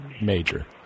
major